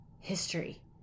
history